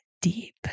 deep